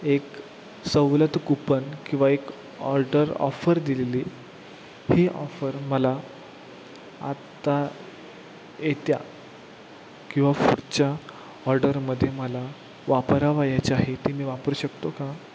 एक सवलत कूपन किंवा एक ऑर्डर ऑफर दिलेली ही ऑफर मला आत्ता येत्या किंवा फुडच्या ऑर्डरमध्ये मला वापरवयाचे आहे ते मी वापरू शकतो का